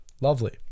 Lovely